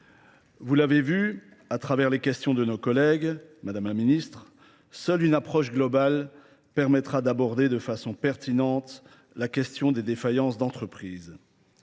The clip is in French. Vous l'avez vu, à travers les questions de nos collègues, Madame la Ministre, seule une approche globale permettra d'aborder de façon pertinente la question des défaillances d'entreprises.